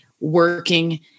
working